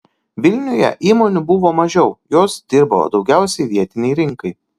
vilniuje įmonių buvo mažiau jos dirbo daugiausiai vietinei rinkai